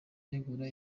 ntegura